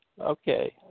Okay